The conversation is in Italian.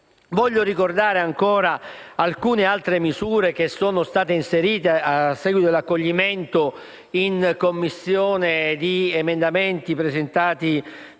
Voglio ricordare ancora alcune altre misure, che sono state inserite nel provvedimento a seguito dell'accoglimento in Commissione di emendamenti presentati